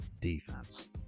defense